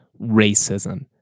racism